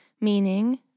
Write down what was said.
Meaning